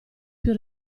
più